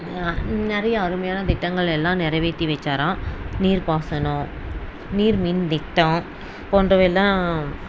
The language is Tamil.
நிறைய அருமையான திட்டங்களையெல்லாம் நிறைவேற்றி வச்சாராம் நீர்ப்பாசனம் நீர்மின் திட்டம் போன்றவையெல்லாம்